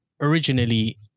originally